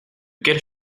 quelle